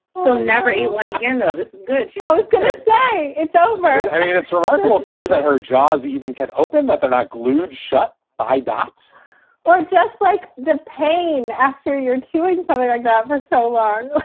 so never eat one again. ah this is good. yeah i was going to say it's over i mean, it's remarkable to me that her jaws even can open, that they're not glued shut by dots or just like the pain after you're too far away like that for so long.